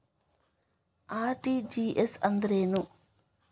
RTGS ಅಂದ್ರೇನು?